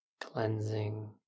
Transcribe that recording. cleansing